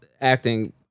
acting